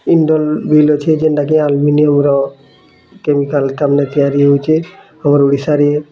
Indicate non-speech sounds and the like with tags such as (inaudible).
ଜିନ୍ଦଲ୍ (unintelligible) ଅଛେ ଯେନ୍ତା କୁ ଆଲୁମିଲିୟମ୍ ର କେମିକାଲ୍ (unintelligible) ତିଆରି ହଉଛେ ଆମର୍ ଓଡ଼ିଶା ରେ